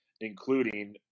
including